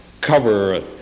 cover